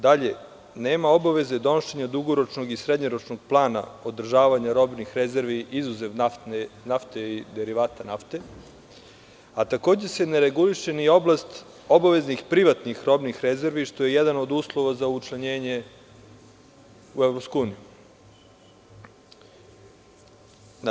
Dalje, nema obaveze donošenje dugoročnog i srednjoročnog plana održavanja robnih rezervi, izuzev nafte i derivate nafte, a takođe se ne reguliše ni oblast obaveznih privatnih robnih rezervi, što je jedan od uslova za učlanjenje u EU.